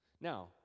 Now